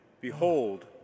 Behold